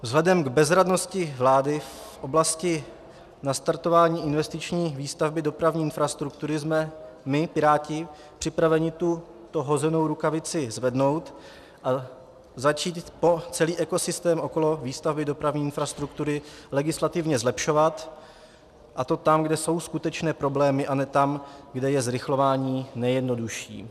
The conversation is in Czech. Vzhledem k bezradnosti vlády v oblasti nastartování investiční výstavby dopravní infrastruktury jsme my piráti připraveni tu vhozenou rukavici zvednout a začít po celý ekosystém okolo výstavby dopravní infrastruktury legislativně zlepšovat, a to tam, kde jsou skutečné problémy, a ne tam, kde je zrychlování nejjednodušší.